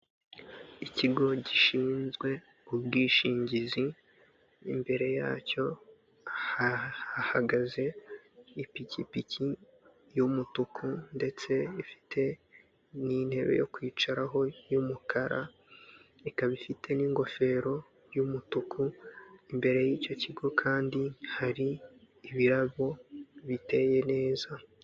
Ikigo gishinzwe ubwishingizi, imbere yacyo hahagaze ipikipiki y'umutuku ndetse ifite n'intebe yo kwicaraho y'umukara, ikaba ifite n'ingofero y'umutuku, imbere y'icyo kigo kandi hari ibirabo biteye neza.